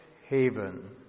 haven